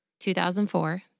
2004